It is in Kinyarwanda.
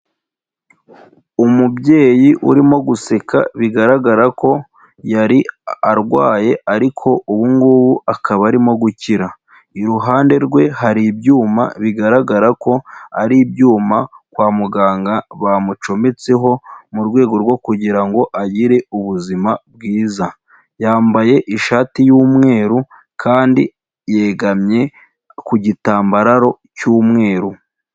Umubyeyi urimo guseka bigaragara ko yari arwaye ariko ubu ngubu akaba arimo gukira, iruhande rwe hari ibyuma bigaragara ko ari ibyuma kwa muganga bamucometseho mu rwego rwo kugira ngo agire ubuzima bwiza, yambaye ishati y'umweru kandi yegamye ku gitambaro cy'umweru.